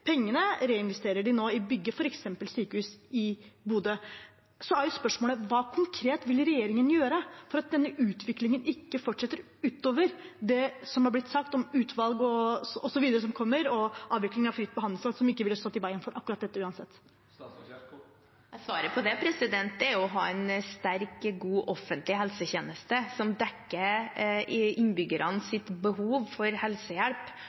Pengene reinvesterer de nå i å bygge f.eks. sykehus i Bodø. Så er spørsmålet hva konkret regjeringen vil gjøre for at denne utviklingen ikke skal fortsette utover det som er blitt sagt om utvalg osv. som kommer, og avvikling av fritt behandlingsvalg, som ikke ville stått i veien for akkurat dette uansett. Svaret på det er å ha en sterk, god offentlig helsetjeneste som dekker innbyggernes behov for helsehjelp